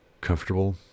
comfortable